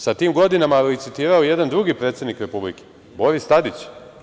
Sa tim godinama licitirao je jedan drugi predsednik Republike – Boris Tadić.